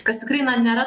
kas tikrai na nėra